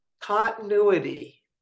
continuity